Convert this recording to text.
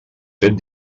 fet